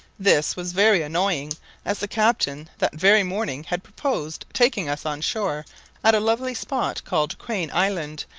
this was very annoying as the captain, that very morning, had proposed taking us on shore at a lovely spot called crane island,